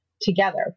together